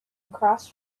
across